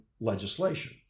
legislation